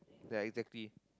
ya exactly